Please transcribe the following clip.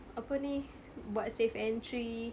apa ni buat safe entry